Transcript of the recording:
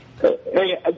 Hey